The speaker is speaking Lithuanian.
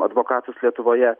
advokatus lietuvoje